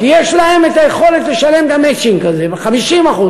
כי יש להן את היכולת לשלם את המצ'ינג הזה ב-50%,